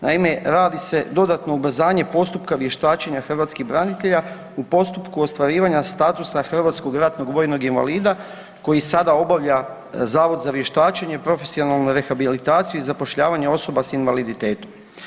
Naime, radi se dodatno ubrzanje postupka vještačenja hrvatskih branitelja u postupku ostvarivanja statusa hrvatskog ratnog vojnog invalida koji sada obavlja Zavod za vještačenje, profesionalnu rehabilitaciju i zapošljavanje osoba s invaliditetom.